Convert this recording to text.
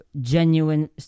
genuine